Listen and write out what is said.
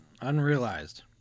unrealized